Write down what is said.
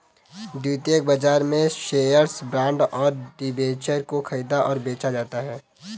द्वितीयक बाजार में शेअर्स, बॉन्ड और डिबेंचर को ख़रीदा और बेचा जाता है